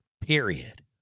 period